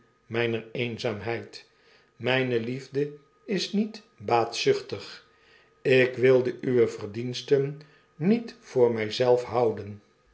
mijner eenzaamheid myne liefde is met baatzuchtig ik wilde uwe verdiensten niet voor mpelven houden